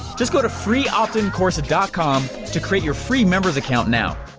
just go to freeoptincourse dot com to create your free members account, now.